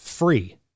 Free